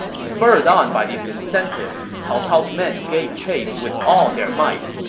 spurred on by these incentives, cao cao's men gave chase with all their might.